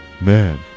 Man